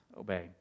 obey